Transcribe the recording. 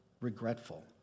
regretful